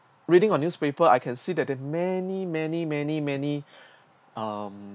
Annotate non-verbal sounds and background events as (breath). reading on newspaper I can see that there many many many many (breath) um